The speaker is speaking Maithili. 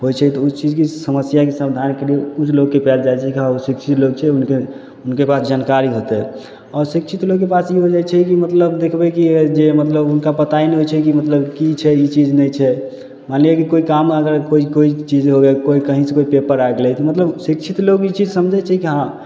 होइ छै तऽ ओ चीजके समस्याके समाधानके लिए किछु लोकके पास जाइ छै जे हँ ओ शिक्षित लोक छै हुनके हुनके पास जानकारी होतै आओर अशिक्षित लोकके पास ई होइ छै कि मतलब देखबै कि जे मतलब हुनका पताए नहि होइ छै मतलब कि छै ई चीज नहि छै मानि लिअऽ कि कोइ काममे अगर कोइ कोइ चीज हो गेल कोइ कहीँसे कोइ पेपर आ गेलै मतलब शिक्षित लोक ई चीज समझै छै कि हँ